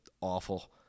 awful